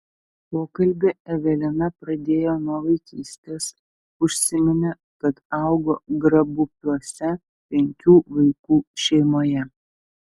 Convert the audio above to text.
pokalbį evelina pradėjo nuo vaikystės užsiminė kad augo grabupiuose penkių vaikų šeimoje